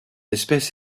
espèce